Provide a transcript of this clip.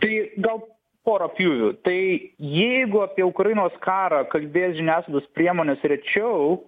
tai gal porą pjūvių tai jeigu apie ukrainos karą kalbės žiniasklaidos priemonės rečiau